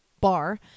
bar